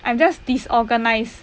I am just disorganised